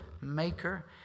maker